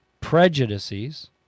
prejudices